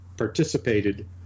participated